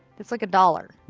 it's like a dollar.